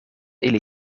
ili